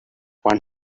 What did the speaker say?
one